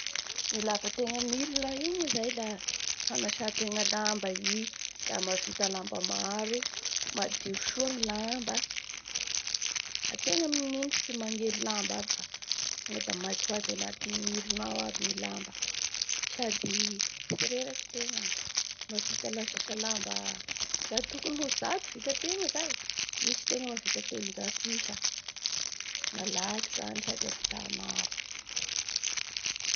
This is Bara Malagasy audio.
Ny ilavan-tegna milona io moa zay la hanasan-tegna lamba i da mahavita lamba maro, madio soa ny lamba. Ategna amin'igny tsy manely lamba aby fa tonga da maiky ho azy anatin'ny milona ao aby ny lamba sady tsy reraky tegna vita. La sasalamba- laha tokony ho zato vitantegna zany misy tegna mahavita telonjato isa. Malaky zany sady ahavita maro.